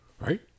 Right